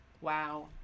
Wow